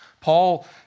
Paul